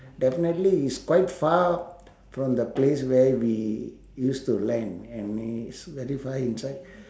definitely it's quite far from the place where we used to land and it's very far inside